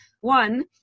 One